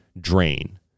drain